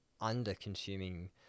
under-consuming